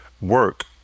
work